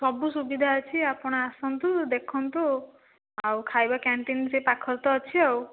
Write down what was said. ସବୁ ସୁବିଧା ଅଛି ଆପଣ ଆସନ୍ତୁ ଦେଖନ୍ତୁ ଆଉ ଖାଇବା କ୍ୟାଣ୍ଟିନ ସେହିପାଖରେ ତ ଅଛି ଆଉ